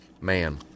Man